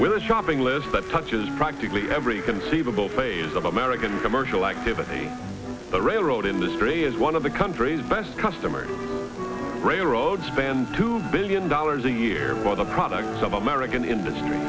with a shopping list that touches practically every conceivable phase of american commercial activity the railroad industry as one of the country's best customers railroad spend two billion dollars a year buy the products of american industry